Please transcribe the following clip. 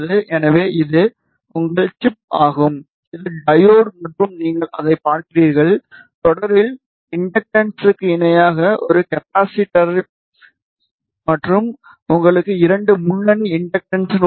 எனவே இது உங்கள் சிப் ஆகும் இது டையோடு மற்றும் நீங்கள் அதைப் பார்க்கிறீர்கள் தொடரில் இண்டக்டன்ஸ்க்கு இணையாக ஒரு கப்பாசிட்டன்ஸ் மற்றும் உங்களுக்கு இரண்டு முன்னணி இண்டக்டன்ஸ்கள் உள்ளன